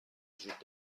وجود